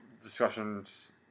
discussions